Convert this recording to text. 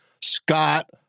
Scott